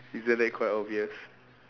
isn't that quite obvious